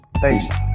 Thanks